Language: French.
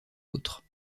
autres